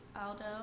Aldo